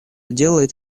делает